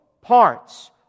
parts